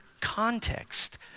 context